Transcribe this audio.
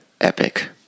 epic